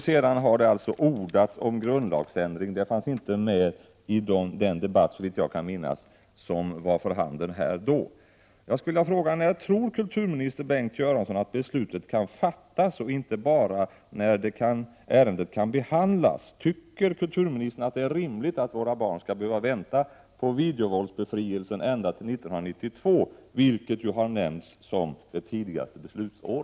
Sedan har det ordats om grundlagsändring, men något sådant tal fanns inte med i den debatt som då fördes här, såvitt jag kan minnas. ända till 1992, det år som i debatten har nämnts som tidigaste beslutsår?